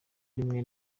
rimwe